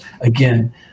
again